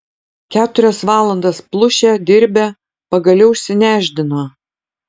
keturias valandas plušę dirbę pagaliau išsinešdino